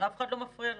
אף אחד לא מפריע לו.